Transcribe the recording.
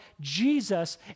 Jesus